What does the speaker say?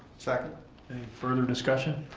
second. any further discussion?